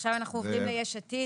עכשיו אנחנו עוברים ליש עתיד,